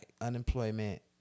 Unemployment